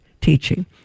teaching